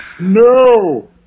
No